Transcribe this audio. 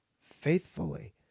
faithfully